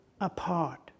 apart